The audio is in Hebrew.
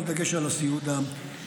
אבל בדגש על הסיעוד הביתי.